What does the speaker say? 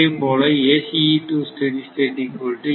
அதேபோல ஆக இருக்கும்